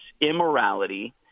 immorality